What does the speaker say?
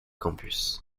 campus